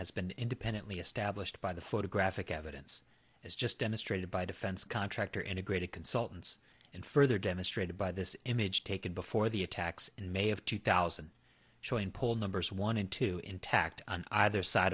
has been independently established by the photographic evidence as just demonstrated by defense contractor integrated consultants and further demonstrated by this image taken before the attacks in may of two thousand showing poll numbers one in two intact on either side